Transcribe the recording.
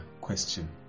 question